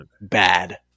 Bad